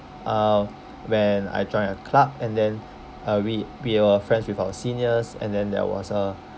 uh when I joined a club and then uh we we were friends with our seniors and then there was a